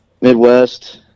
Midwest